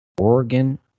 Oregon